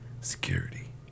security